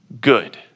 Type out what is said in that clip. good